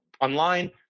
online